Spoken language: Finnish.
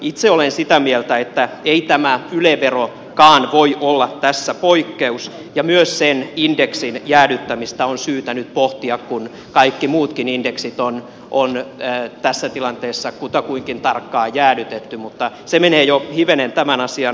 itse olen sitä mieltä että ei tämä yle verokaan voi olla tässä poikkeus ja myös sen indeksin jäädyttämistä on syytä nyt pohtia kun kaikki muutkin indeksit on tässä tilanteessa kutakuinkin tarkkaan jäädytetty mutta se menee jo hivenen tämän asian sivuun